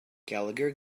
gallagher